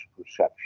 perception